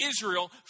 Israel